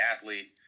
athlete